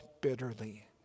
bitterly